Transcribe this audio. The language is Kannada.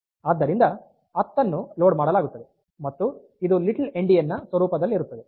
ಆದ್ದರಿಂದ 10 ಅನ್ನು ಲೋಡ್ ಮಾಡಲಾಗುತ್ತದೆ ಮತ್ತು ಇದು ಲಿಟಲ್ ಎಂಡಿಯನ್ ನ ಸ್ವರೂಪದಲ್ಲಿರುತ್ತದೆ